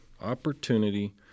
opportunity